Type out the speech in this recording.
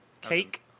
Cake